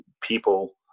people